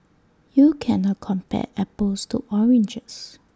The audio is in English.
you can't A compare apples to oranges